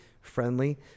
friendly